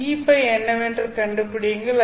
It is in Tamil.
Eϕ என்னவென்று கண்டுபிடியுங்கள்